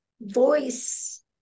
voice